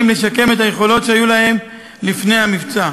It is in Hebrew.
לשקם את היכולות שהיו להם לפני המבצע.